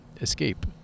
escape